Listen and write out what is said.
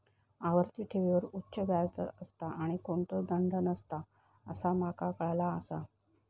आवर्ती ठेवींवर उच्च व्याज दर असता आणि कोणतोच दंड नसता असा माका काळाला आसा